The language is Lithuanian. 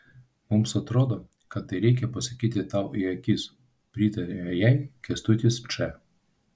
mums atrodo kad tai reikia pasakyti tau į akis pritarė jai kęstutis č